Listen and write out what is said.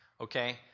Okay